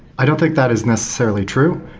i don't think that is necessarily true.